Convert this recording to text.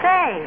Say